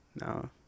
No